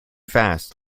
fast